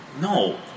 No